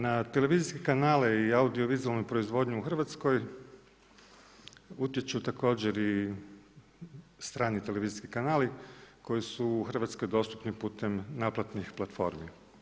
Na televizijske kanale i audiovizualnu proizvodnju u Hrvatskoj utječu također i strani televizijski kanali koji su u Hrvatskoj dostupni putem naplatnih platformi.